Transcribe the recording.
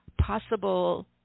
possible